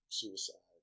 suicide